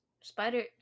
Spider